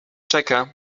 czeka